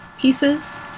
pieces